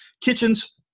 Kitchens